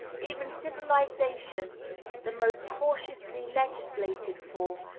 even civilization the most cautiously legislated for,